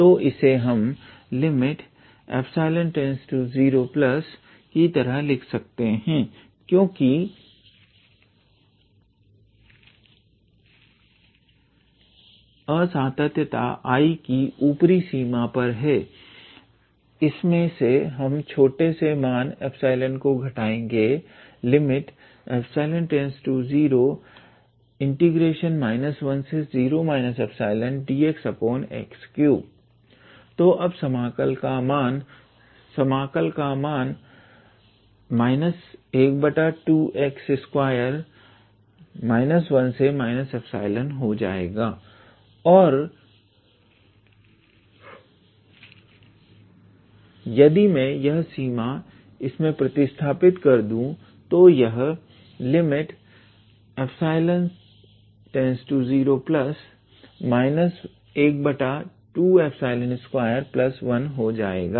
तो इसे हम ∈→0 की तरह लिख सकते हैं और क्योंकि असांतत्यता I की ऊपरी सीमा पर है इसमें से हम छोटे से मान एप्सलोन को घटायेगे ∈→0 10 ∈dxx3 तो अब समाकल का मान समाकल का मान 12x2 1 ∈ हो जाएगा और यदि मैं यह सीमा इसमें प्रतिस्थापित कर दूं तो यह ∈→0 1221 हो जाएगा